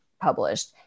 published